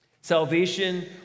Salvation